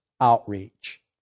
outreach